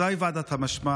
מתי תתקיים